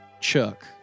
Chuck